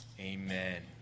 Amen